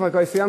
כבר סיימת.